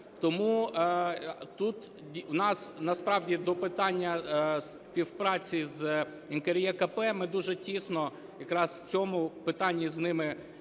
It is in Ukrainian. Тому тут у нас насправді до питання співпраці з НКРЕКП, ми дуже тісно якраз в цьому питанні з ними